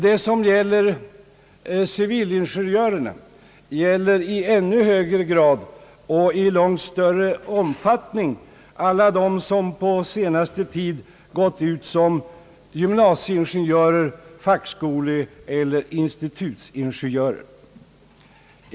Det som gäller civilingenjörerna gäller i ännu högre grad och i långt större omfattning alla dem som på senaste tid gått ut som gymnasieingenjörer, fackskoleeller institutsingenjörer.